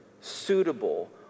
suitable